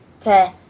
Okay